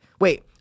Wait